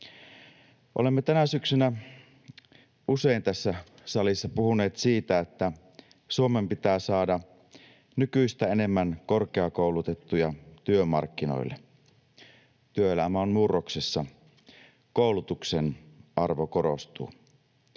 Olemme tänä syksynä usein tässä salissa puhuneet siitä, että Suomen pitää saada nykyistä enemmän korkeakoulutettuja työmarkkinoille. Työelämä on murroksessa. Koulutuksen arvo korostuu.